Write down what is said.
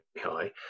high